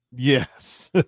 Yes